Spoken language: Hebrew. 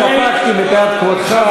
התאפקתי מפאת כבודך.